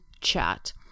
chat